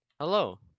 Hello